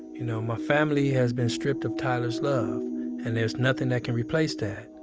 you know my family has been stripped of tyler's love and there's nothing that can replace that.